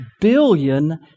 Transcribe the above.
billion